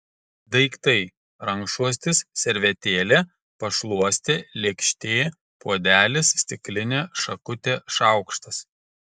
daiktai rankšluostis servetėlė pašluostė lėkštė puodelis stiklinė šakutė šaukštas